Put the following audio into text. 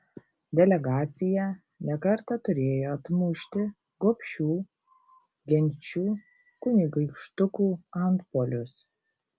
delegacija ne kartą turėjo atmušti gobšių genčių kunigaikštukų antpuolius